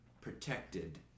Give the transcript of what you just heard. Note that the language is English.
protected